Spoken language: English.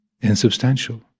insubstantial